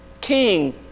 king